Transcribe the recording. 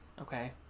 okay